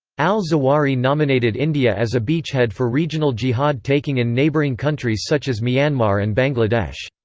al-zawahiri nominated india as a beachhead for regional jihad taking in neighboring countries such as myanmar and bangladesh.